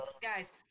Guys